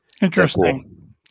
Interesting